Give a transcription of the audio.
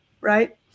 right